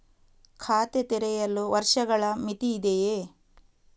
ಖಾತೆ ತೆರೆಯಲು ವರ್ಷಗಳ ಮಿತಿ ಇದೆಯೇ?